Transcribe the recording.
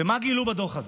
ומה גילו בדוח הזה?